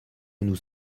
nous